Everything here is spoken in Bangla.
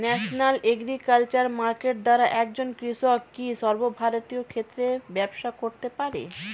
ন্যাশনাল এগ্রিকালচার মার্কেট দ্বারা একজন কৃষক কি সর্বভারতীয় ক্ষেত্রে ব্যবসা করতে পারে?